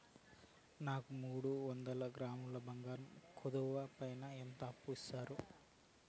నాకు మూడు వందల గ్రాములు బంగారం కుదువు పైన ఎంత అప్పు ఇస్తారు?